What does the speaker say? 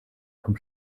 vom